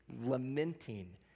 lamenting